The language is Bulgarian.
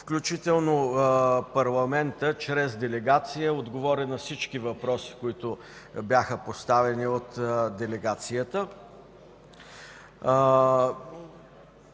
включително парламентът чрез делегация отговори на всички въпроси, които бяха поставени. Поставяме